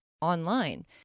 online